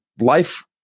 life